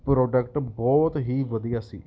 product ਬਹੁਤ ਹੀ ਵਧੀਆ ਸੀ